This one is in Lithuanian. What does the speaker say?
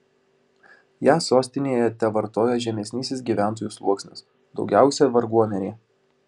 ją sostinėje tevartojo žemesnysis gyventojų sluoksnis daugiausiai varguomenė